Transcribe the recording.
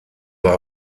war